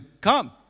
come